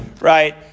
right